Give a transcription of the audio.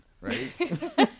Right